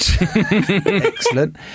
Excellent